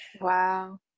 wow